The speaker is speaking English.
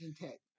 intact